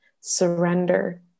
surrender